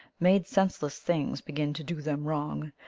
made senseless things begin to do them wrong,